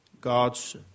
God's